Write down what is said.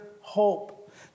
hope